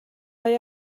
mae